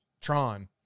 Tron